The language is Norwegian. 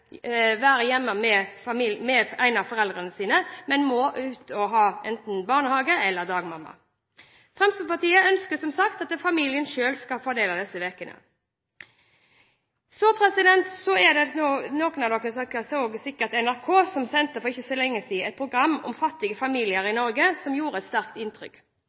være hjemme med en av foreldrene sine, men må i barnehage eller til dagmamma. Fremskrittspartiet ønsker som sagt at familien selv skal fordele disse ukene. Det er sikkert noen av dere som så at NRK for ikke så lenge siden sendte et program om fattige familier i Norge. Det gjorde sterkt inntrykk.